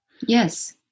Yes